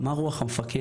מה רוח המפקד?